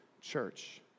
church